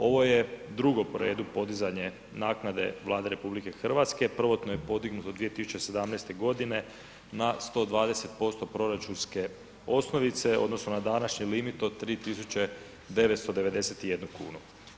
Ovo je drugo po redu podizanje naknade Vlade RH, prvotno je podignuto 2017. godine na 120% proračunske osnovice odnosno na današnji limit od 3.991 kunu.